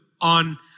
on